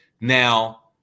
Now